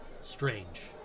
strange